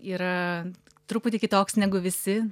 yra truputį kitoks negu visi